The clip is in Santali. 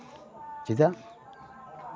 ᱪᱮᱫᱟᱜ